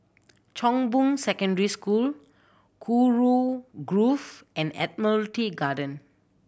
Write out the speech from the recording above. Chong Boon Secondary School Kurau Grove and Admiralty Garden